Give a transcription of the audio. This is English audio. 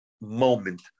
moment